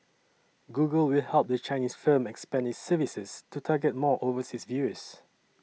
Google will help the Chinese firm expand services to target more overseas viewers